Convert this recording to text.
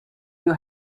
you